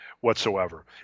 whatsoever